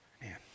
man